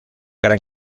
gran